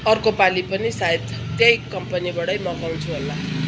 अर्कोपाली पनि सायद त्यही कम्पनीबाटै मगाउँछु होला